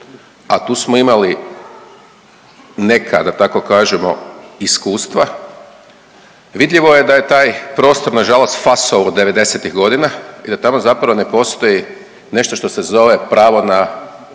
a tu smo imali neka da tako kažemo iskustva vidljivo je da je taj prostor nažalost fasovao '90.-ih godina i da tamo zapravo ne postoji nešto što se zove pravo na